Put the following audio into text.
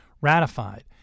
ratified